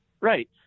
Right